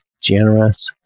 generous